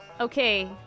Okay